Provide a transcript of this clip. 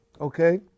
okay